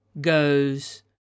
goes